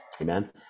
amen